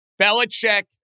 Belichick